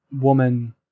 woman